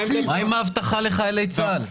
מה עם ההבטחה לחיילי צה"ל?